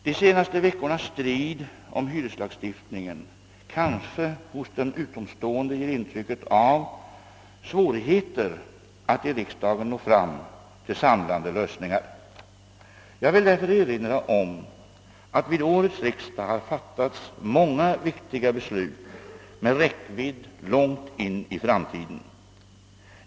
De senaste veckornas strid om hyreslagstiftningen kanske hos den utomstående ger intrycket av svårigheter att i riksdagen nå fram till samlande lösningar. Jag vill därför erinra om att vid årets riksdag har fattats många viktiga beslut med räckvidd långt in i framtiden.